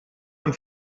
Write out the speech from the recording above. ein